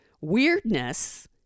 weirdness